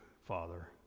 Father